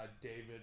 David